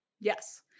Yes